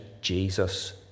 Jesus